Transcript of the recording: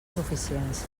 suficients